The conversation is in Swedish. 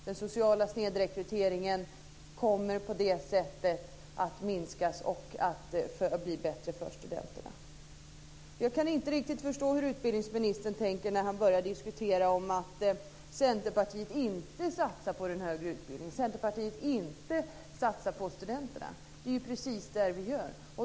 Den sociala snedrekryteringen kommer på det sättet att minska och det blir bättre för studenterna. Jag kan inte riktigt förstå hur utbildningsministern tänker när han börjar diskutera att Centerpartiet inte satsar på den högre utbildningen, att Centerpartiet inte satsar på studenterna. Det är precis det vi gör.